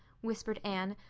whispered anne,